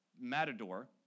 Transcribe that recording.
matador